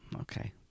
Okay